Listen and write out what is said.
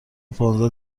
پانزده